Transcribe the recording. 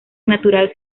natural